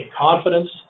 confidence